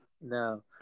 No